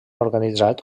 organitzat